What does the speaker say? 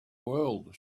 world